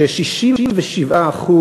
ש-67%